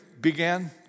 began